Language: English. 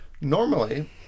normally